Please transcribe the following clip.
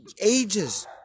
ages